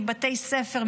מבתי ספר,